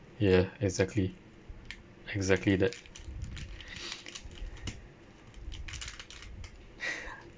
ya exactly exactly that